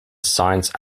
science